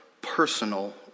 personal